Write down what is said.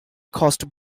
caused